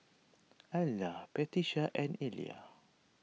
Ayla Patricia and Illya